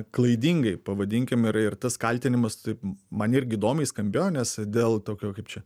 klaidingai pavadinkime ir tas kaltinimas taip man irgi įdomiai skambėjo nes dėl tokio kaip čia